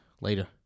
Later